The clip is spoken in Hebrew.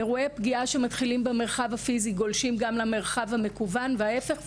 אירועי פגיעה שמתחילים במרחב הפיזי גולשים למרחב המקוון וההפך.